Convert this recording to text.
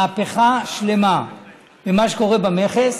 מהפכה שלמה ממה שקורה במכס.